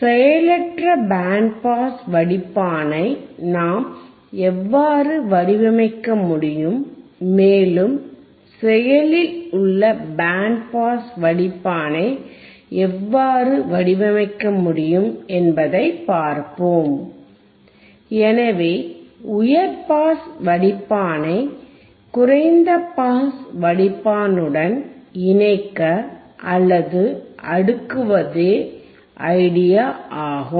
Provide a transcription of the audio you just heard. செயலற்ற band pass வடிப்பானை நாம் எவ்வாறு வடிவமைக்க முடியும் மேலும் செயலில் உள்ள பேண்ட் பாஸ் வடிப்பானை எவ்வாறு வடிவமைக்க முடியும் என்பதை பார்ப்போம் எனவே உயர் பாஸ் வடிப்பானை குறைந்த பாஸ் வடிப்பானுடன் இணைக்க அல்லது அடுக்குவதே ஐடியா ஆகும்